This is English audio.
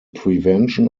prevention